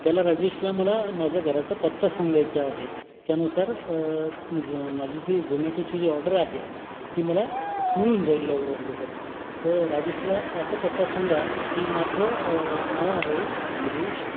त्याला राजेशला मला माझ्या घराचा पत्ता सांगायचा आहे त्यानुसार ज माझी जी झोमॅटोची जी ऑर्डर आहे ती मला मिळून जाईल लवकरात लवकर तर राजेशला असा पत्ता सांगा की माझं नाव आहे निलेश